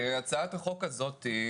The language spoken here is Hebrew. הצעת החוק הזאת,